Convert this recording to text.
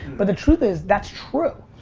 but the truth is that's true.